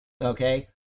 okay